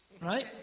right